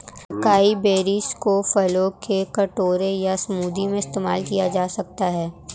acai berries को फलों के कटोरे या स्मूदी में इस्तेमाल किया जा सकता है